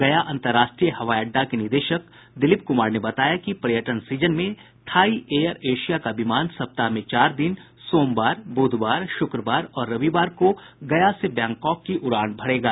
गया अंतराष्ट्रीय हवाई अड्डा के निदेशक दिलीप कुमार ने बताया कि पर्यटन सीजन में थाई एयर एशिया का विमान सप्ताह मे चार दिन सोमवार बुधवार शुक्रवार और रविवार को गया से बैंकॉक की उड़ान भरेगा